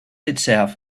itself